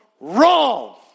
wrong